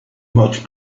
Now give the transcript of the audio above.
much